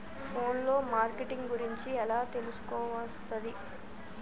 Phone లో marketing గురించి ఎలా తెలుసుకోవస్తది?